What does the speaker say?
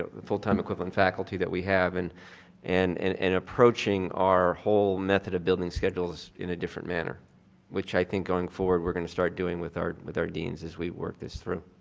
ah full-time equivalent faculty that we have and and and and approaching our whole method of building schedules in a different manner which i think going forward we're going to start doing with our with our deans as we work this through.